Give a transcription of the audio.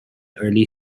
early